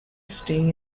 staying